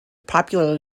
popular